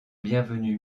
bienvenu